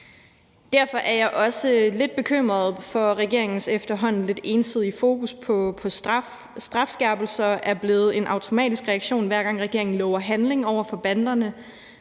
Derfor er jeg også lidt bekymret for regeringens efterhånden lidt ensidige fokus på straf. Strafskærpelser er blevet en automatisk reaktion, hver gang regeringen lover handling over for banderne,